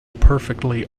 perfectly